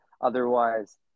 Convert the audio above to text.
otherwise